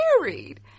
married